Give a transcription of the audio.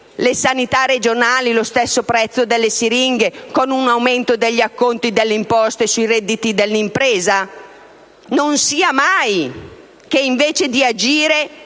le sanità regionali lo stesso prezzo per le siringhe con un aumento degli acconti delle imposte sui redditi d'impresa? Non sia mai che invece di agire,